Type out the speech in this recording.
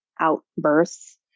outbursts